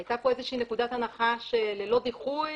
היתה פה איזושהי נקודת הנחה שללא דיחוי